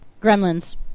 Gremlins